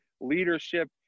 leadership